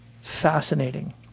fascinating